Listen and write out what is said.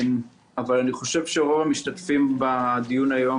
כי אני חושב שרוב המשתתפים בדיון היום